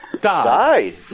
died